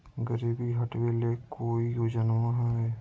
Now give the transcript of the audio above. गरीबी हटबे ले कोई योजनामा हय?